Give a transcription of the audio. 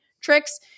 tricks